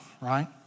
right